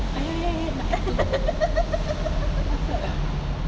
ah here here here here here I was like